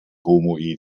homoehe